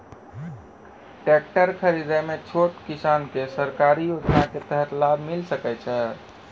Tractor खरीदै मे छोटो किसान के सरकारी योजना के तहत लाभ मिलै सकै छै?